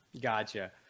Gotcha